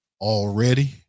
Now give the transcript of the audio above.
already